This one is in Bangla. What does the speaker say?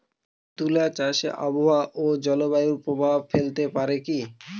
তুলা চাষে আবহাওয়া ও জলবায়ু প্রভাব ফেলতে পারে কি?